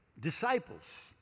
disciples